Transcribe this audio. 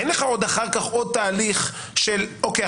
אין לך עוד אחר כך עוד תהליך של "אוקיי,